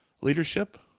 leadership